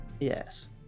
Yes